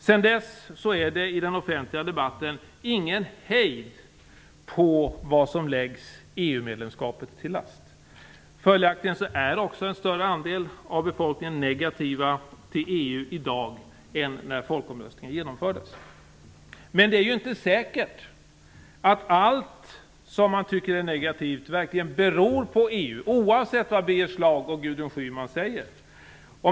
Sedan dess är det i den offentliga debatten ingen hejd på vad som läggs EU medlemskapet till last. Följaktligen är också en större andel av befolkningen negativ till EU i dag än när folkomröstningen genomfördes. Men det är ju inte säkert att allt som man tycker är negativt verkligen beror på EU, oavsett vad Birger Schlaug och Gudrun Schyman säger.